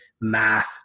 math